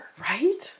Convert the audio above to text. right